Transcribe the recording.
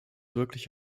wirklich